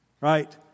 right